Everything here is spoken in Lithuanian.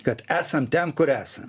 kad esam ten kur esa